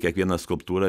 kiekviena skulptūra